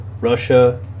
Russia